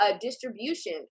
Distribution